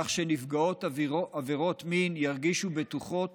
כך שנפגעות עבירות מין ירגישו בטוחות